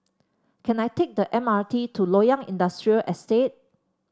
can I take the M R T to Loyang Industrial Estate